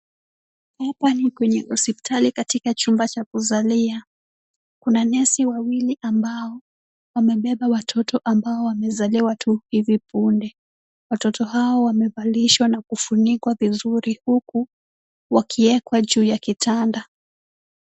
Hapa ni kwenye hospitali katika chumba cha kuzalia. Kuna nesi wawili ambao wamebeba watoto ambao wamezaliwa tu hivi punde. Watoto hao wamevalishwa na kufunikwa vizuri, huku wakiwekwa juu ya kitanda.